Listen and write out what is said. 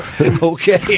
Okay